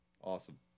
Awesome